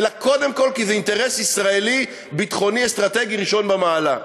אלא קודם כול כי זה אינטרס ישראלי ביטחוני-אסטרטגי ראשון במעלה.